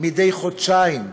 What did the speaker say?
מדי חודשיים,